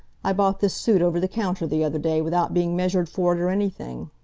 i bought this suit over the counter the other day, without being measured for it or anything.